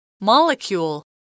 Molecule